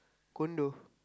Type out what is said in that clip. condo